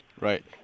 Right